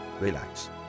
relax